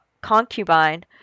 concubine